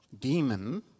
demon